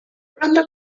pronto